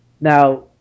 Now